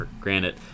granted